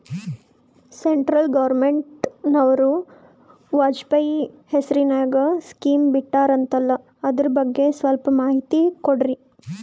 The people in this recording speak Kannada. ಸೆಂಟ್ರಲ್ ಗವರ್ನಮೆಂಟನವರು ವಾಜಪೇಯಿ ಹೇಸಿರಿನಾಗ್ಯಾ ಸ್ಕಿಮ್ ಬಿಟ್ಟಾರಂತಲ್ಲ ಅದರ ಬಗ್ಗೆ ಸ್ವಲ್ಪ ಮಾಹಿತಿ ಕೊಡ್ರಿ?